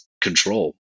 control